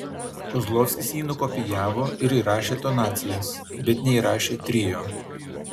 kozlovskis jį nukopijavo ir įrašė tonacijas bet neįrašė trio